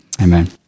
Amen